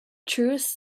truest